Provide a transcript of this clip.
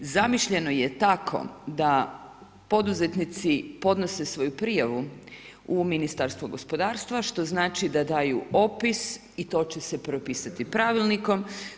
Zamišljeno je tako, da poduzetnici podnose svoju prijavu u Ministarstvo gospodarstva, što znači da daju opis i to će se propisati pravilnikom.